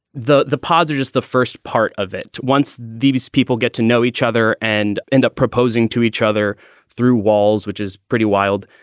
the the posit is the first part of it. once these people get to know each other and end up proposing to each other through walls, which is pretty wild,